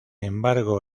embargo